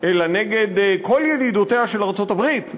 אלא נגד כל ידידותיה של ארצות-הברית.